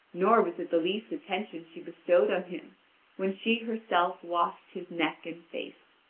nor was it the least attention she bestowed on him when she herself washed his neck and face.